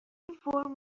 فرم